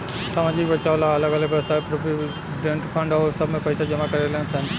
सामाजिक बचाव ला अलग अलग वयव्साय प्रोविडेंट फंड आउर सब में पैसा जमा करेलन सन